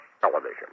Television